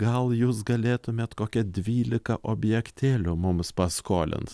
gal jūs galėtumėt kokia dvylika objektėlių mums paskolint